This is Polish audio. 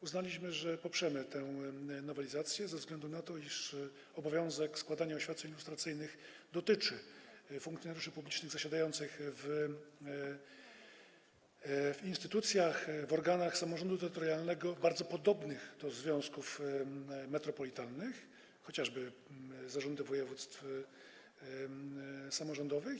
Uznaliśmy, że poprzemy tę nowelizację ze względu na to, iż obowiązek składania oświadczeń lustracyjnych dotyczy funkcjonariuszy publicznych zasiadających w instytucjach, w organach samorządu terytorialnego bardzo podobnych do związków metropolitalnych, chodzi chociażby o zarządy województw samorządowych.